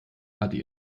hatte